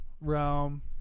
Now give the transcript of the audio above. Realm